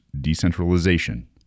decentralization